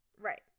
right